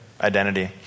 identity